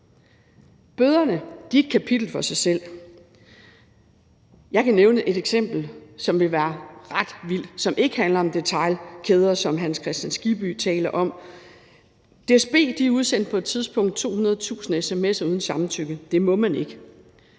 Bøderne er et kapitel for sig selv. Jeg kan nævne et eksempel, som vil være ret vildt, og som ikke handler om detailkæder, som Hans Kristian Skibby taler om. DSB udsendte på et tidspunkt 200.000 sms'er uden samtykke. Det må man ikke.